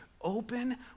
open